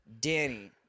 Danny